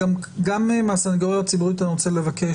גם מהסנגוריה הציבורית אני רוצה לבקש